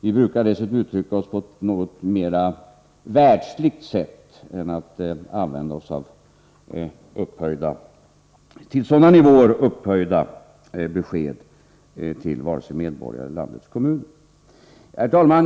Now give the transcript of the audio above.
Vi brukar dessutom uttrycka oss på ett något mera världsligt sätt än att använda oss av till välsignelsens nivåer upphöjda besked — både till medborgare och landets kommuner. Herr talman!